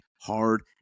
Hard